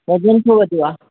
वज़नु छो वधियो आहे